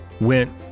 went